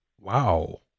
Wow